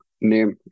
name